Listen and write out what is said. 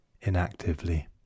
Inactively